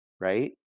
right